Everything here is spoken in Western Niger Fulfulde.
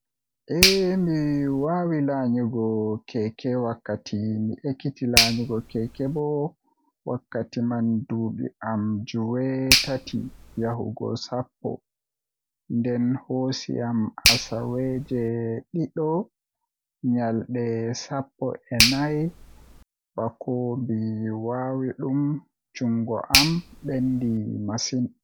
Ehh mi wawi lanyugo keke wakkati mi ekiti lanyugo keke bo wakkati man duubi am jweetati yahugo sappo nden hoosi am asawweje didi nyalde sappo e nay bako mi wawa dum jungo am benda. Masin.